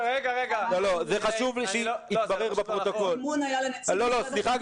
-- חשוב לי שיתברר בפרוטוקול -- הזימון היה לנציבות --- סליחה,